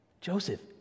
Joseph